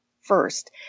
first